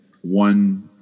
one